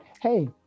hey